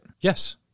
Yes